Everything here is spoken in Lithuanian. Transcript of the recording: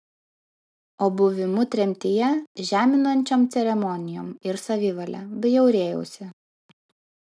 o buvimu tremtyje žeminančiom ceremonijom ir savivale bjaurėjausi